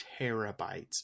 terabytes